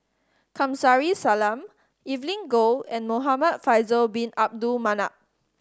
Kamsari Salam Evelyn Goh and Muhamad Faisal Bin Abdul Manap